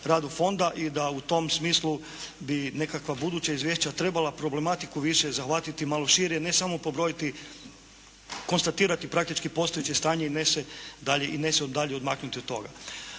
i da u tom smislu bi nekakva buduća izvješća trebala problematiku više zahvatiti malo šire, ne samo pobrojiti, konstatirati praktički postojeće stanje i ne se dalje i ne se dalje odmaknuti od toga.